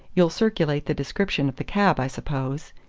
you'll circulate the description of the cab, i suppose?